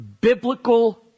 biblical